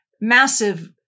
massive